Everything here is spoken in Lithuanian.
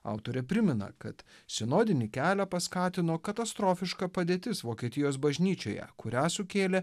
autorė primena kad sinodinį kelią paskatino katastrofiška padėtis vokietijos bažnyčioje kurią sukėlė